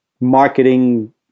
marketing